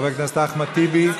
חבר הכנסת אחמד טיבי.